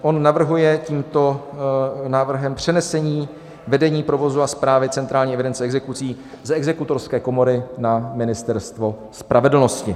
On navrhuje tímto návrhem přenesení vedení provozu a správy centrální evidence exekucí z Exekutorské komory na Ministerstvo spravedlnosti.